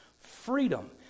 freedom